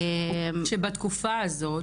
כשבתקופה הזאת,